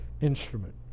instrument